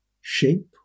shape